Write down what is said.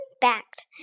backed